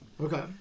Okay